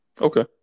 Okay